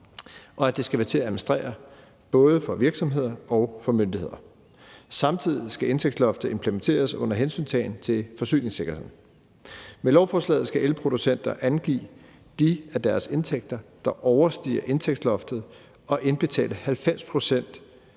og at det skal være til at administrere både for virksomheder og for myndigheder. Samtidig skal indtægtsloftet implementeres under hensyntagen til forsyningssikkerheden. Med lovforslaget skal elproducenter angive de af deres indtægter, der overstiger indtægtsloftet, og indbetale 90 pct.